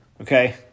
okay